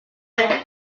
cylinder